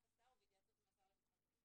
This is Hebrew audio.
השר והתייעצות עם השר לביטחון הפנים.